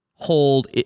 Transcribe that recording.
hold